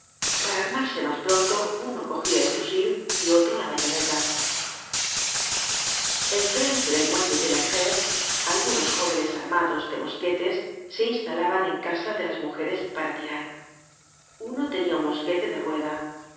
para armarse mas pronto uno cogia el fusil y otro la bayoneta en frente del muelle de la gréve algunos jóvenes armados de mosquetes se instalaban en casa de las mujeres para tirar uno tenia un mosquete de rueda